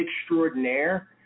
extraordinaire